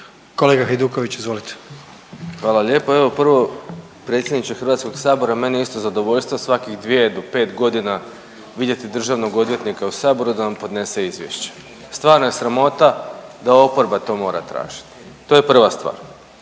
Domagoj (Socijaldemokrati)** Hvala lijepo. Evo prvo predsjedniče HS-a mene je isto zadovoljstvo svakih dvije do pet godina vidjeti državnog odvjetnika u Saboru da vam podnese izvješće. Stvarno je sramota da oporba to mora tražit. To je prva stvar.